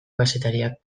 kazetariak